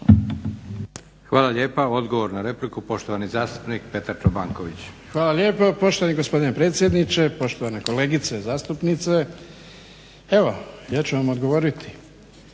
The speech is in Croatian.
Hvala lijepa. Odgovor na repliku poštovani zastupnik Petar Čobanković. **Čobanković, Petar (HDZ)** Hvala lijepo poštovani gospodine predsjedniče. Poštovane kolegice zastupnice evo ja ću vam odgovoriti.